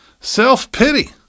Self-pity